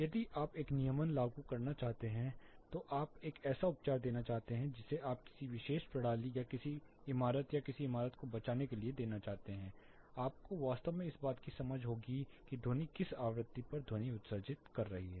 यदि आप एक नियमन लागू करना चाहते हैं तो आप एक ऐसा उपचार देना चाहते हैं जिसे आप किसी विशेष प्रणाली या किसी इमारत या किसी इमारत को बचाने के लिए देना चाहते हैं या आपको वास्तव में इस बात की समझ होगी कि ध्वनि किस आवृत्ति पर ध्वनि उत्सर्जित हो रही है